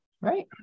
right